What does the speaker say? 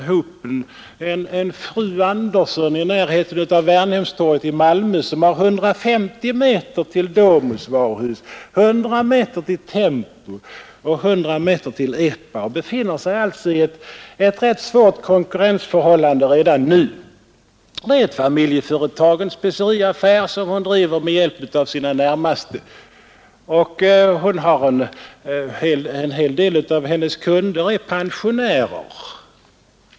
Det är en fru Anderberg i närheten av Värnhemstorget i Malmö som har 150 meter till Domus varuhus, 100 meter till Tempo och 100 meter till EPA och som alltså redan nu befinner sig i ett rätt svårt konkurrensförhållande. Det är ett familjeföretag, en speceriaffär, som hon driver med hjälp av sina närmaste, och en hel del av hennes kunder är pensionärer.